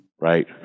right